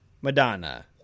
Madonna